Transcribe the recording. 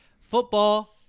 football